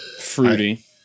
Fruity